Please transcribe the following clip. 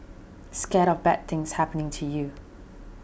scared of bad things happening to you